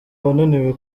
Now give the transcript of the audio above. wananiwe